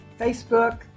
Facebook